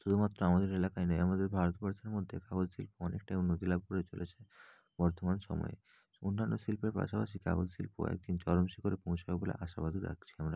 শুধুমাত্র আমাদের এলাকায় নেই আমাদের ভারতবর্ষের মধ্যে কাগজ শিল্প অনেকটাই উন্নতি লাভ করে চলেছে বর্তমান সময়ে অন্যান্য শিল্পের পাশাপাশি কাগজ শিল্প একদিন চরম শিখরে পৌঁছবে বলে আশাবাদী রাখছি আমরা